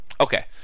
Okay